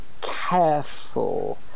careful